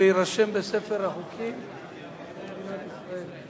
ויירשם בספר החוקים של מדינת ישראל.